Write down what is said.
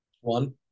One